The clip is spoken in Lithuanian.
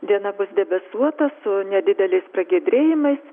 diena bus debesuota su nedideliais pragiedrėjimais